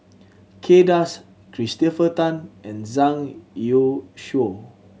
Kay Das Christopher Tan and Zhang Youshuo